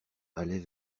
allait